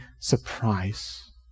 surprise